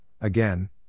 again